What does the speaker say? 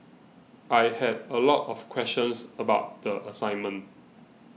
I had a lot of questions about the assignment